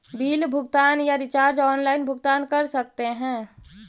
Bill भुगतान या recharge online भुगतान कर सकते हैं?